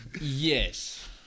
Yes